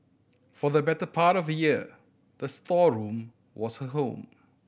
for the better part of a year the storeroom was her home